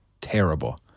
terrible